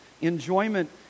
Enjoyment